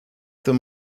them